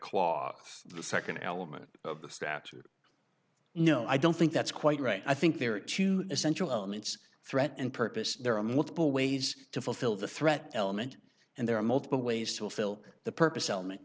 clause the second element of the statute no i don't think that's quite right i think there are two essential elements threat and purpose there are multiple ways to fulfill the threat element and there are multiple ways to fill the purpose element